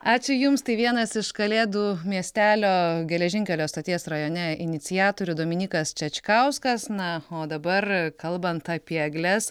ačiū jums tai vienas iš kalėdų miestelio geležinkelio stoties rajone iniciatorių dominykas čečkauskas na o dabar kalbant apie egles